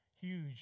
huge